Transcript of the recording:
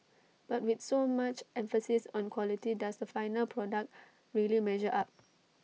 but with so much emphasis on quality does the final product really measure up